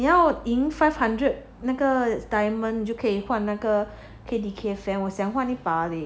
你要赢 five hundred 那个 diamond 就可以换那个 K_D_K fan 我想换一把 leh